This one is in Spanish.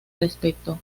respecto